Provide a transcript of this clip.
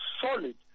solid